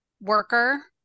worker